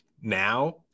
now